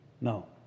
no